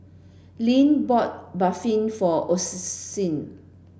Link bought Barfi for